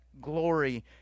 glory